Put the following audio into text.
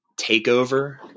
takeover